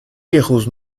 erros